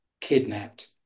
kidnapped